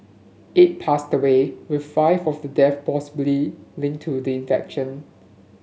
eight passed away with five of the deaths possibly linked to the infection